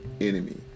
enemy